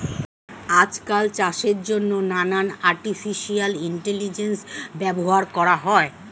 আজকাল চাষের জন্যে নানান আর্টিফিশিয়াল ইন্টেলিজেন্স ব্যবহার করা হয়